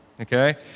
Okay